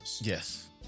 Yes